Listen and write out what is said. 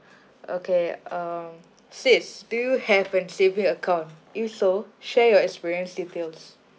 okay um sis do you have an saving account if so share your experience details